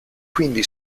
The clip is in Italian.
quindi